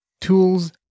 tools